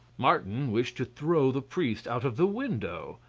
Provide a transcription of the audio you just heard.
martin wished to throw the priest out of the window.